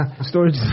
Storage